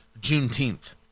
Juneteenth